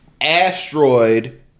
asteroid